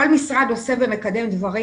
כל משרד עושה ומקדם דברים.